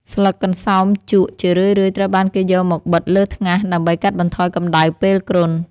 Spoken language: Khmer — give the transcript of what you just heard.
ស្លឹកកន្សោមជក់ជារឿយៗត្រូវបានគេយកមកបិទលើថ្ងាសដើម្បីកាត់បន្ថយកម្តៅពេលគ្រុន។